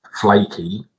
flaky